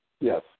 Yes